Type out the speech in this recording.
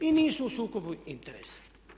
I nisu u sukobu interesa.